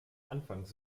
anfangs